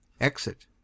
Exit